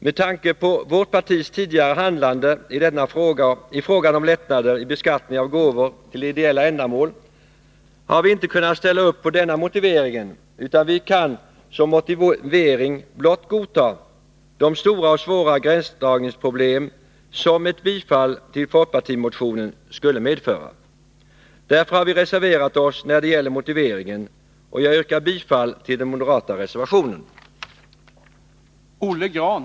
Med tanke på vårt partis tidigare handlande i frågan om lättnader i beskattningen av gåvor till ideella ändamål har vi inte kunnat ställa upp på denna motivering, utan vi kan som motivering blott godta de stora och svåra gränsdragningsproblem som ett bifall till folkpartimotionen skulle medföra. Därför har vi reserverat oss när det gäller motiveringen. Jag yrkar bifall till den moderata reservationen.